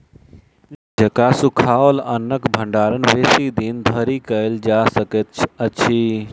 नीक जकाँ सुखाओल अन्नक भंडारण बेसी दिन धरि कयल जा सकैत अछि